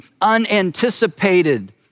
unanticipated